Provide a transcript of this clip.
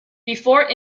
before